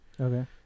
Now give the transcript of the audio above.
Okay